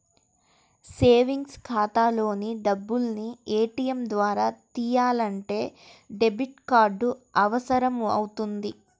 savings ఖాతాలోని డబ్బుల్ని ATM ద్వారా తియ్యాలంటే డెబిట్ కార్డు అవసరమవుతుంది